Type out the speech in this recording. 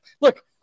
Look